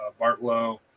Bartlow